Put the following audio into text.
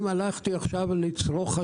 אם צרכתי חשמל,